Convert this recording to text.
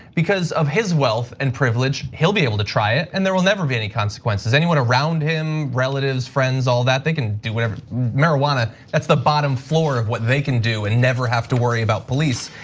because of his wealth and privilege, he'll be able to try it and there will never be any consequences. anyone around him, relatives, friends, all that, they can do whatever, marijuana. that's the bottom floor of what they can do and never have to worry about police,